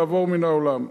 לעבור מן העולם.